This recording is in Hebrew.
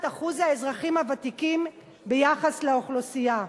אחוז האזרחים הוותיקים ביחס לאוכלוסייה.